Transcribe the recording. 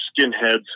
skinheads